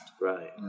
Right